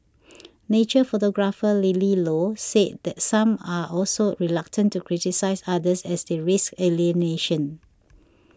nature photographer Lily Low said that some are also reluctant to criticise others as they risk alienation